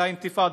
של האינתיפאדה.